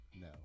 No